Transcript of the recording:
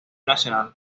nacional